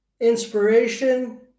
inspiration